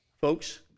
Folks